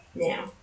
Now